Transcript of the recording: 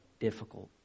difficult